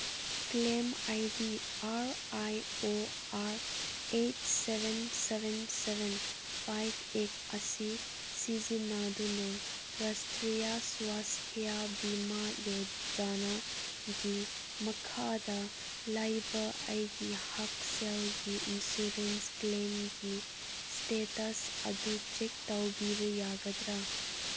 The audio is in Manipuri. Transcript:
claim I D R I O R eight seven seven seven five eight ꯑꯁꯤ ꯁꯤꯖꯤꯟꯅꯗꯨꯅ ꯔꯥꯁꯇ꯭ꯔꯤꯌꯥ ꯁ꯭ꯋꯥꯁꯊꯤꯌꯥ ꯕꯤꯃꯥ ꯌꯣꯖꯥꯅꯥꯒꯤ ꯃꯈꯥꯗ ꯂꯩꯕ ꯑꯩꯒꯤ ꯍꯛꯁꯦꯜꯒꯤ ꯏꯟꯁꯨꯔꯦꯟꯁ ꯀ꯭ꯂꯦꯝꯒꯤ ꯏꯁꯇꯦꯇꯁ ꯑꯗꯨ ꯆꯦꯛ ꯇꯧꯕꯤꯕ ꯌꯥꯒꯗ꯭ꯔꯥ